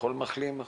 כל מחלים?